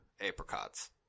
apricots